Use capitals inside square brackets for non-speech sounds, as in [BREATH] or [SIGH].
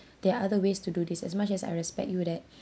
[BREATH] there are other ways to do this as much as I respect you that